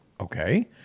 okay